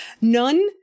none